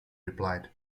replied